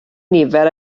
nifer